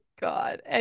God